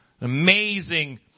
Amazing